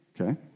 okay